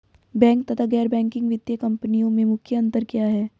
Bank तथा गैर banking वित्तीय कंपनियों में मुख्य अंतर क्या है?